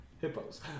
Hippos